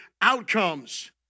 outcomes